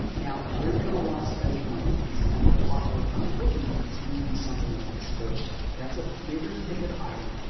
now where are you going to want to spend your money and spend a lot more time looking is going to be something like the sports jacket. that's a bigger ticket item,